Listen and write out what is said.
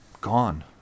gone